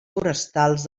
forestals